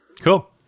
Cool